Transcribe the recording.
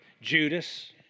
Judas